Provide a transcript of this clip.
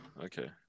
Okay